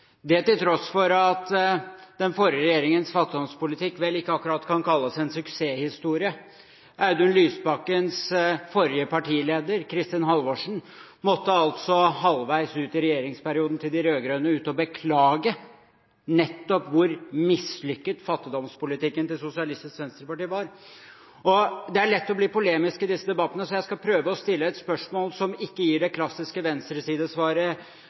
dette til tross for at den forrige regjeringens fattigdomspolitikk vel ikke akkurat kan kalles en suksesshistorie. Audun Lysbakkens forrige partileder, Kristin Halvorsen, måtte halvveis ute i de rød-grønnes regjeringsperiode nettopp beklage hvor mislykket fattigdomspolitikken til Sosialistisk Venstreparti var. Det er lett å bli polemisk i disse debattene, så jeg skal prøve å stille et spørsmål som ikke gir det klassiske